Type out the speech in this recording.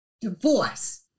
divorce